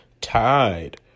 tied